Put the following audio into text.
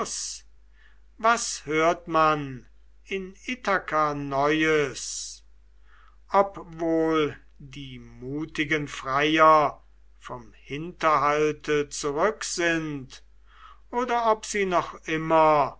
was hört man in ithaka neues ob wohl die mutigen freier vom hinterhalte zurück sind oder ob sie noch immer